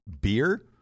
beer